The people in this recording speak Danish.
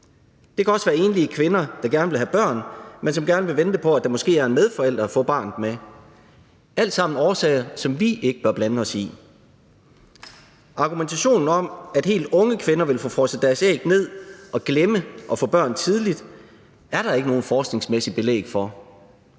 Det kan også være enlige kvinder, der gerne vil have børn, men som gerne vil vente på, at der måske er en medforælder at få barnet med. Det er alt sammen årsager, som vi ikke bør blande os i. Argumentationen om, at helt unge kvinder vil få frosset deres æg ned og glemme at få børn tidligt, er der ikke nogen forskningsmæssige belæg for.